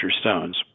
stones